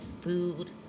food